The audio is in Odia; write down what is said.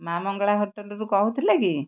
ମା ମଙ୍ଗଳା ହୋଟେଲ୍ରୁ କହୁଥିଲେ କି